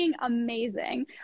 amazing